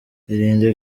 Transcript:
irinde